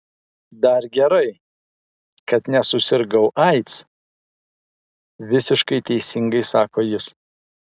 dar gerai kad nesusirgau aids visiškai teisingai sako jis